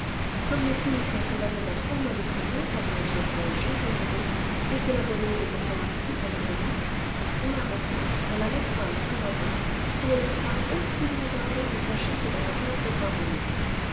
comme les filles sont condamnées à trois mois de prison quand on les surprend aux champs-élysées et que la goualeuse est encore inscrite à la police on l'arrêtera on la mettra à saint-lazare où elle sera aussi bien gardée et cachée que dans la cave de